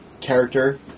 character